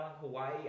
Hawaii